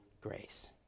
grace